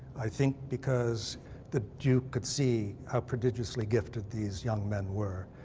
i think because the duke could see how prodigiously gifted these young men were,